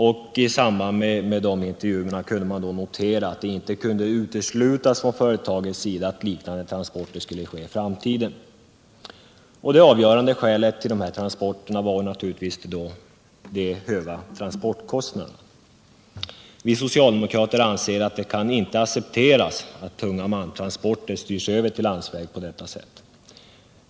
Man kunde då notera att det från företagets sida inte kunde uteslutas att liknande transporter skulle komma att ske i framtiden. Det avgörande skälet till dessa transporter var de höga transportkostnaderna. Vi socialdemokrater anser att det inte kan accepteras att tunga malmtransporter styrs över till landsväg på detta sätt.